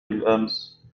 بالأمس